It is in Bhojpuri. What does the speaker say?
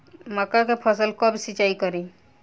मका के फ़सल कब सिंचाई करी?